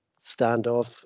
standoff